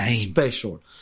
special